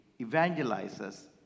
evangelizes